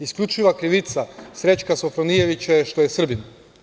Isključiva krivica Srećka Sofronijevića je što je Srbin.